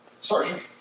Sergeant